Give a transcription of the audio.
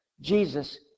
Jesus